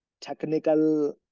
technical